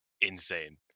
insane